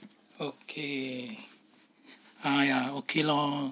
okay uh ya okay lor